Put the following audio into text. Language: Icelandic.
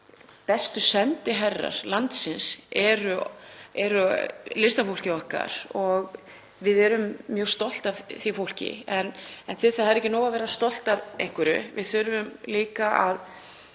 Bestu sendiherrar landsins er listafólkið okkar og við erum mjög stolt af því fólki. En það er ekki nóg að vera stolt af einhverju, við þurfum líka að